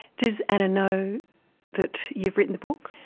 does anna know that you've written the book?